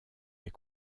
des